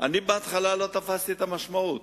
בהתחלה לא תפסתי את המשמעות.